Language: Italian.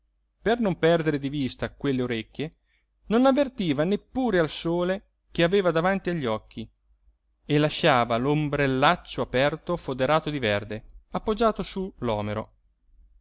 per non perdere di vista quelle orecchie non avvertiva neppure al sole che aveva davanti agli occhi e lasciava l'ombrellaccio aperto foderato di verde appoggiato su